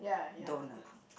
don't ah